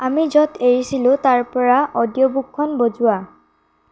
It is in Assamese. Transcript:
আমি য'ত এৰিছিলোঁ তাৰ পৰা অডিঅ' বুকখন বজোৱা